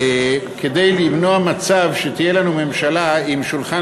כדי למנוע מצב שתהיה לנו ממשלה עם שולחן